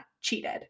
cheated